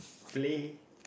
play